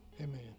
Amen